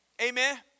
Amen